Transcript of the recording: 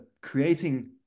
creating